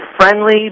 friendly